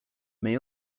may